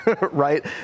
right